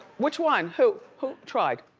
which one? who who tried?